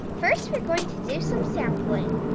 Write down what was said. first we're going to do some sampling.